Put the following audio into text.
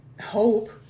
hope